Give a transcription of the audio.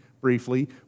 briefly